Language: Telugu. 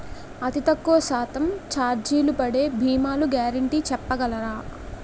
అతి తక్కువ శాతం ఛార్జీలు పడే భీమాలు గ్యారంటీ చెప్పగలరా?